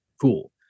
Cool